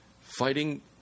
fighting